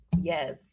Yes